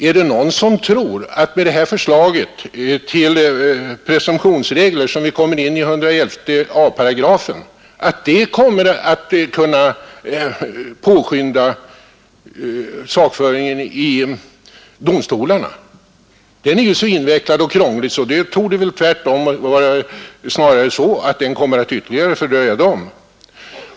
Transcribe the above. Är det någon som tror att förslaget till presumtionsregler som enligt 111 a § kommer att påskynda sakföringen i domstolarna? Den är så invecklad och krånglig att sådana regler tvärtom kommer att verka ytterligare fördröjande.